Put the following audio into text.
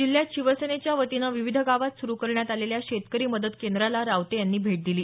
जिल्ह्यात शिवसेनच्या वतीनं विविध गावात सुरू करण्यात आलेल्या शेतकरी मदत केंद्राला रावते यांनी भेट दिली